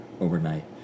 Overnight